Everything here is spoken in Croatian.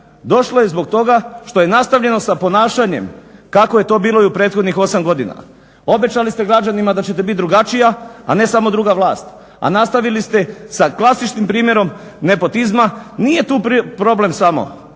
Došlo je zbog toga što je nastavljeno sa ponašanjem kako je to bilo i u prethodnih 8 godina. Obećali ste građanima da ćete biti drugačija, a ne samo druga vlast, a nastavili ste sa klasičnim primjerom nepotizma. Nije tu problem samo